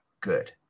good